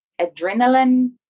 adrenaline